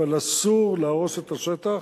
אבל אסור להרוס את השטח.